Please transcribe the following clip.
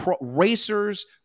racers